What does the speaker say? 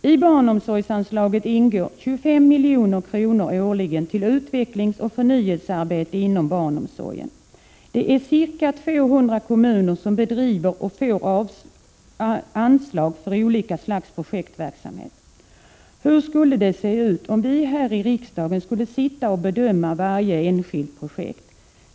I barnomsorgsanslaget ingår 25 milj.kr. årligen till utvecklingsoch förnyelsearbete inom barnomsorgen. Det är ca 200 kommuner som bedriver och får anslag för olika slags projektverksamhet. Hur skulle det se ut om vi här i riksdagen skulle sitta och bedöma varje enskilt projekt?